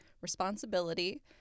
responsibility